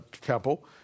Temple